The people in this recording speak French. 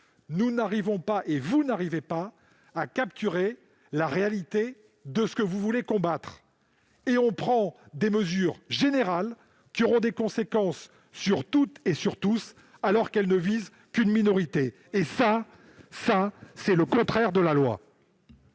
nous n'arrivons pas, et vous n'arrivez pas, à en capturer la réalité. On prend des mesures générales qui auront des conséquences sur toutes et sur tous, alors qu'elles ne visent qu'une minorité : c'est le contraire de la loi